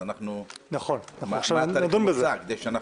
מה התאריך המוצע?